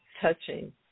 touching